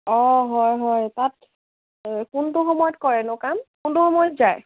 অঁ হয় হয় তাত কোনটো সময়ত কৰেনো কাম কোনটো সময়ত যায়